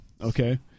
okay